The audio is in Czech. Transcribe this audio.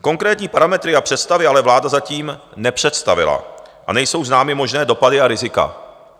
Konkrétní parametry a představy ale vláda zatím nepředstavila a nejsou známy možné dopady a rizika.